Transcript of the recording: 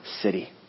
city